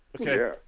Okay